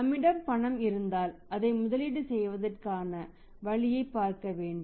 நம்மிடம் உபரி பணம் இருந்தால் அதை முதலீடு செய்வதற்கான வழியைப் பார்க்க வேண்டும்